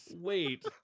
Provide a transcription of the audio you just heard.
Wait